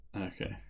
Okay